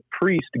priest